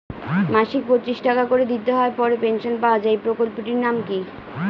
মাসিক পঁচিশ টাকা করে দিতে হয় পরে পেনশন পাওয়া যায় এই প্রকল্পে টির নাম কি?